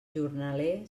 jornaler